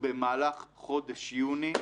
במהלך חודש יוני,